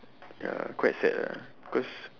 ya quite sad lah because